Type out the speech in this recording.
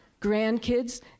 grandkids